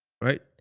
right